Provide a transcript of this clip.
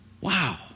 Wow